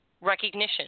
recognition